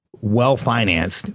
well-financed